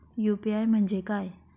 UPI म्हणजे काय?